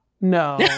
no